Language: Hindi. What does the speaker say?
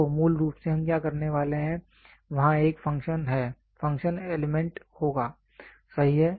तो मूल रूप से हम क्या करने वाले हैं वहाँ एक फ़ंक्शन है फ़ंक्शन एलिमेंट होगा सही है